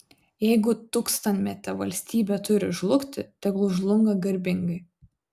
jeigu tūkstantmetė valstybė turi žlugti tegul žlunga garbingai